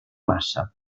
massa